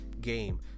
game